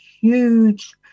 huge